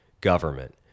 government